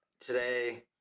Today